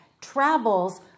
travels